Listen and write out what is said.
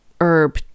herb